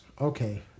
Okay